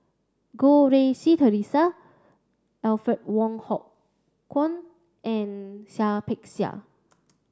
Goh Rui Si Theresa Alfred Wong Hong Kwok and Seah Peck Seah